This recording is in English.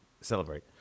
celebrate